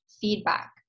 feedback